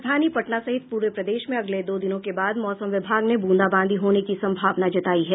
राजधानी पटना सहित पूरे प्रदेश में अगले दो दिनों के बाद मौसम विभाग ने ब्रंदाबांदी होने की सम्भावना जतायी है